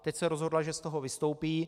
Teď se rozhodla, že z toho vystoupí.